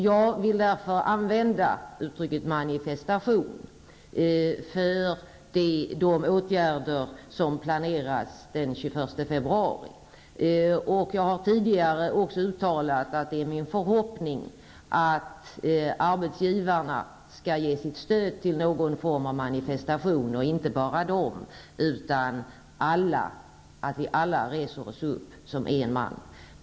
Jag vill därför använda uttrycket manifestation för de åtgärder som planeras den 21 februari. Jag har också tidigare uttalat att det är min förhoppning att arbetsgivarna skall ge sitt stöd till någon form av manifestation -- och inte bara det; jag hoppas att vi alla reser oss upp som en man.